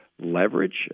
leverage